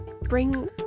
bring